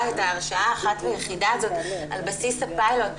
את ההרשעה האחת והיחידה הזאת על בסיס הפיילוט,